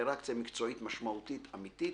שאינטראקציה מקצועית משמעותית אמתית